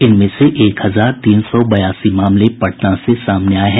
इनमें से एक हजार तीन सौ बयासी मामले पटना से सामने आए हैं